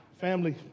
Family